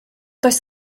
does